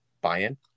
buy-in